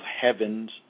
heaven's